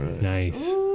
nice